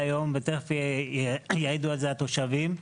ויעידו על זה התושבים.